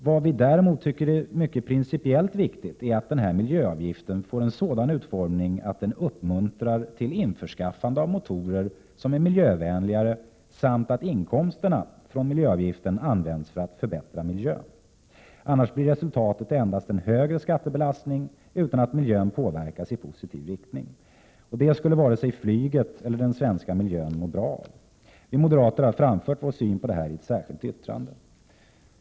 Vad vi däremot tycker är mycket principiellt viktigt är att miljöavgiften får en sådan utformning att den uppmuntrar till införskaffande av motorer som är miljövänligare samt att inkomsterna från miljöavgiften används för att förbättra miljön. Annars blir resultatet endast en högre skattebelastning, utan att miljön påverkas i positiv riktning. Det skulle varken flyget eller den svenska miljön må bra av. Vi moderater har framfört vår syn på detta i ett särskilt yttrande.